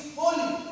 holy